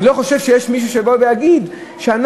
אני לא חושב שיש מישהו שיבוא ויגיד שאנחנו,